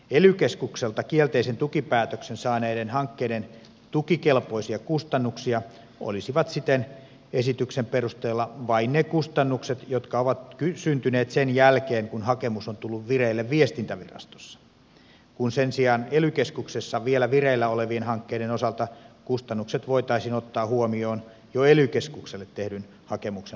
ely keskukselta kielteisen tukipäätöksen saaneiden hankkeiden tukikelpoisia kustannuksia olisivat siten esityksen perusteella vain ne kustannukset jotka ovat syntyneet sen jälkeen kun hakemus on tullut vireille viestintävirastossa kun sen sijaan ely keskuksessa vielä vireillä olevien hankkeiden osalta kustannukset voitaisiin ottaa huomioon jo ely keskukselle tehdyn hakemuksen ajankohdasta